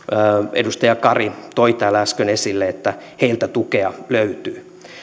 edustaja kari toi täällä äsken esille että heiltä tukea löytyy